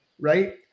right